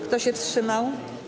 Kto się wstrzymał?